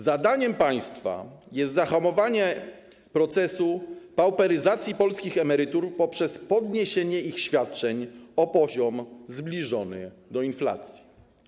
Zadaniem państwa jest zahamowanie procesu pauperyzacji polskich emerytur poprzez podniesienie ich świadczeń o poziom zbliżony do inflacji.